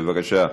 בבקשה.